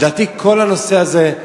לדעתי, כל הנושא הזה,